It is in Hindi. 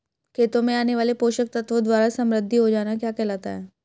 खेतों में आने वाले पोषक तत्वों द्वारा समृद्धि हो जाना क्या कहलाता है?